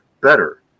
better